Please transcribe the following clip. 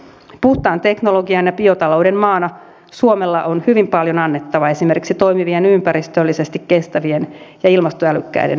puhtaan teknologian ja biotalouden maana suomella on hyvin paljon annettavaa esimerkiksi toimivien ympäristöllisesti kestävien ja ilmastoälykkäiden energiaratkaisujen saralla